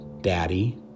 Daddy